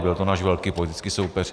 Byl to náš velký politický soupeř.